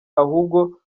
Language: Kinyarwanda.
ahubwo